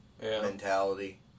mentality